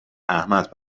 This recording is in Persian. احمد